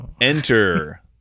Enter